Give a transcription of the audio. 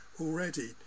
already